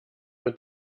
mit